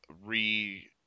re-